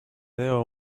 debo